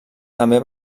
també